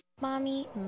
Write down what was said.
Mommy